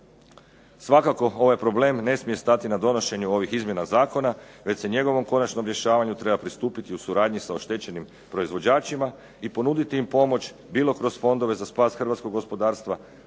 Svakako ovaj problem ne smije stati na donošenju ovih izmjena Zakona već se njegovom konačnom rješavanju treba pristupiti u suradnji sa oštećenim proizvođačima i ponuditi im pomoć bilo kroz fondove za spas Hrvatskog gospodarstva,